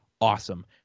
awesome